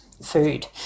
food